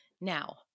Now